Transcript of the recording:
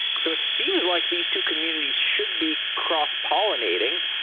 so it seems like these two communities should be cross pollinating.